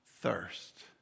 thirst